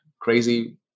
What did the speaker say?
crazy